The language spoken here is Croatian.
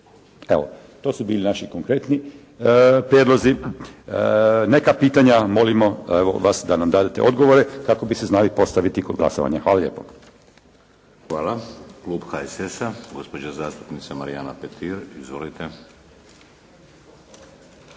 Evo, to su bili naši konkretni prijedlozi. Neka pitanja molimo vas da nam dadete odgovore kako bi se znali postaviti kod glasovanja. Hvala lijepo. **Šeks, Vladimir (HDZ)** Hvala. Klub HSS-a, gospođa zastupnica Marijana Petir. Izvolite.